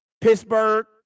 Pittsburgh